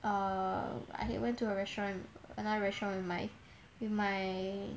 err I went to a restaurant another restaurant with my with my